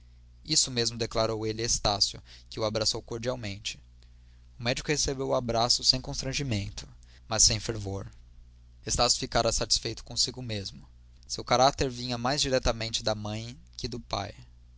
isso mesmo declarou ele a estácio que o abraçou cordialmente o médico recebeu o abraço sem constrangimento mas sem fervor estácio ficara satisfeito consigo mesmo seu caráter vinha mais diretamente da mãe que do pai